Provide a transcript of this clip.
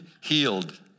healed